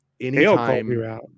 anytime